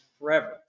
forever